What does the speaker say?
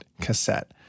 cassette